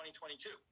2022